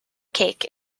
cake